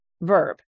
verb